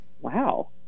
Wow